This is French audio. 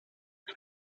une